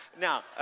now